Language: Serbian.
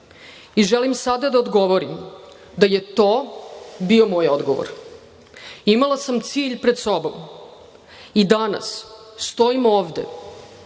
i želim sada da odgovorim da je to bio moj odgovor. Imala sam cilj pred sobom i danas stojim ovde,